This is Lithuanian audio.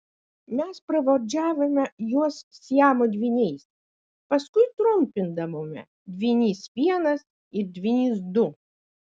mes pravardžiavome juos siamo dvyniais paskui trumpindavome dvynys vienas ir dvynys du